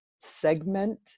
Segment